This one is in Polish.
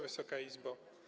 Wysoka Izbo!